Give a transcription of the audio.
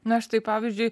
na štai pavyzdžiui